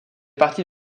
partie